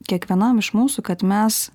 kiekvienam iš mūsų kad mes